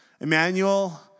Emmanuel